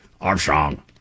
Armstrong